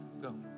go